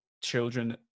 children